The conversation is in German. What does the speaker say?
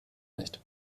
nicht